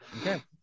Okay